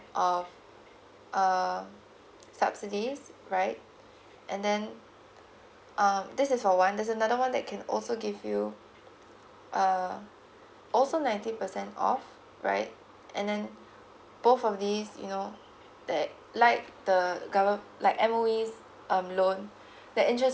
of uh subsidies right and then um this is for one there's another one that can also give you uh also ninety percent off right and then both of these you know that like the govern~ like M_O_E's um loan the interest